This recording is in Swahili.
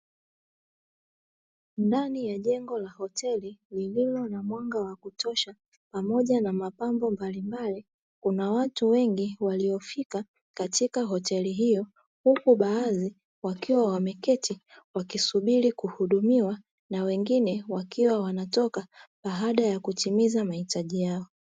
Ndani ya jengo la hoteli lililo na mwanga wa kutosha pamoja na mapambo mbalimbali, kuna watu wengi waliofika katika hoteli hiyo huku baadhi wakiwa wameketi wakisubiri kuhudumiwa na wengine wakiwa wanatoka baada ya kutimiza mahitaji yao.